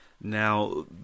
Now